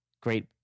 great